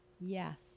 Yes